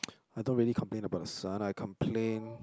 I don't really complain about the sun I complain